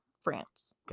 France